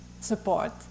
support